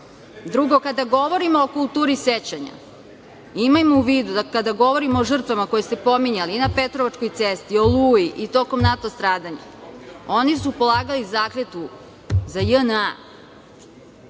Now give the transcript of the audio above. kada govorimo o kulturi sećanja, imajmo u vidu da kada govorimo o žrtvama koje ste pominjali i na Petrovačkoj cesti, „Oluji“ i tokom NATO stradanja, oni su polagali zakletvu za JNA.